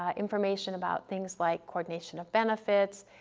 ah information about things like coordination of benefits,